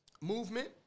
movement